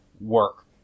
work